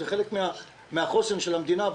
זה חלק מן החוסן של המדינה,